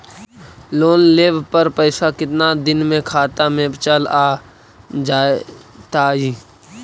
Loan लेब पर पैसा कितना दिन में खाता में चल आ जैताई?